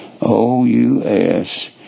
O-U-S